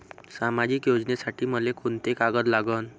सामाजिक योजनेसाठी मले कोंते कागद लागन?